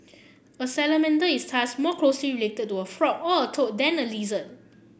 a salamander is thus more closely related to a frog or a toad than a lizard